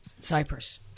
Cyprus